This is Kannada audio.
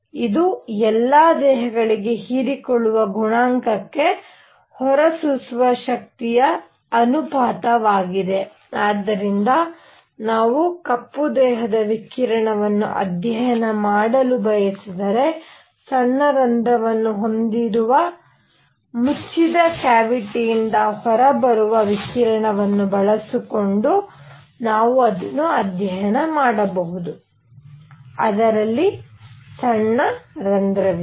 ಇದು ಎಲ್ಲಾ ದೇಹಗಳಿಗೆ ಹೀರಿಕೊಳ್ಳುವ ಗುಣಾಂಕಕ್ಕೆ ಹೊರಸೂಸುವ ಶಕ್ತಿಯ ಅನುಪಾತವಾಗಿದೆ ಆದ್ದರಿಂದ ನಾವು ಕಪ್ಪು ದೇಹದ ವಿಕಿರಣವನ್ನು ಅಧ್ಯಯನ ಮಾಡಲು ಬಯಸಿದರೆ ಸಣ್ಣ ರಂಧ್ರವನ್ನು ಹೊಂದಿರುವ ಮುಚ್ಚಿದ ಕ್ಯಾವಿಟಿಯಿಂದ ಹೊರಬರುವ ವಿಕಿರಣವನ್ನು ಬಳಸಿಕೊಂಡು ನಾವು ಅದನ್ನು ಅಧ್ಯಯನ ಮಾಡಬಹುದು ಅದರಲ್ಲಿ ಸಣ್ಣ ರಂಧ್ರವಿದೆ